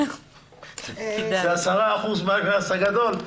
זה 10% מהקנס הגדול.